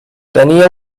tenia